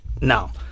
now